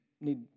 need